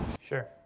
Sure